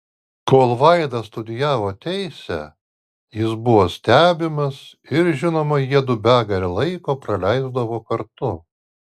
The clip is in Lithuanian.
kol vaida studijavo teisę jis buvo stebimas ir žinoma jiedu begalę laiko praleisdavo kartu